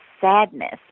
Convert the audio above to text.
sadness